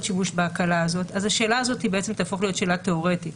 שימוש בהקלה הזאת אז השאלה הזאת בעצם תהפוך להיות שאלה תיאורטית.